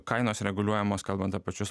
kainos reguliuojamos kalbant pačius